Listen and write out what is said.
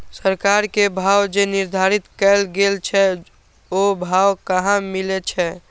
सरकार के भाव जे निर्धारित कायल गेल छै ओ भाव कहाँ मिले छै?